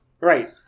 Right